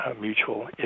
mutual